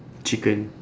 chicken